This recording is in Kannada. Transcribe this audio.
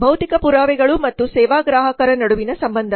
ಭೌತಿಕ ಪುರಾವೆಗಳು ಮತ್ತು ಸೇವಾ ಗ್ರಾಹಕರ ನಡುವಿನ ಸಂಬಂಧ